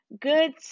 good